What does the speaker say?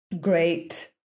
great